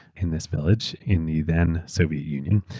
in this village, in the then soviet union,